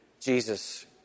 Jesus